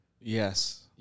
Yes